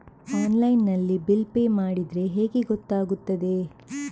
Online ನಲ್ಲಿ bill pay ಮಾಡಿದ್ರೆ ಹೇಗೆ ಗೊತ್ತಾಗುತ್ತದೆ?